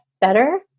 better